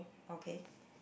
okay